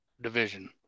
division